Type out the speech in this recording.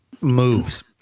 moves